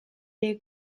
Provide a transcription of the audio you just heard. est